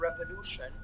revolution